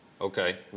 okay